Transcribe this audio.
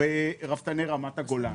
ברפתני רמת הגולן,